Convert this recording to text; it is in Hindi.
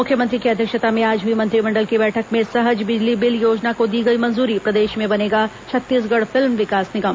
मुख्यमंत्री की अध्यक्षता में आज हुई मंत्रिमंडल की बैठक में सहज बिजली बिल योजना को दी गई मंजूरी प्रदेश में बनेगा छत्तीसगढ़ फिल्म विकास निगम